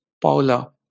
Paula